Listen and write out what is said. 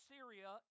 Syria